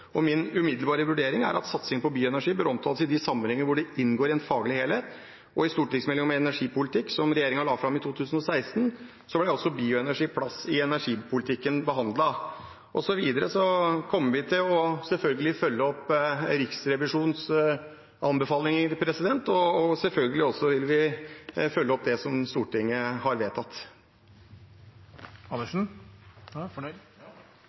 Min umiddelbare vurdering er at satsing på bioenergi bør omtales i de sammenhenger hvor det inngår i en faglig helhet. I stortingsmeldingen om energipolitikk, som regjeringen la fram i 2016, ble bioenergiens plass i energipolitikken behandlet. Vi kommer videre selvfølgelig til å følge opp Riksrevisjonens anbefalinger. Vi vil selvfølgelig også følge opp det som Stortinget har vedtatt.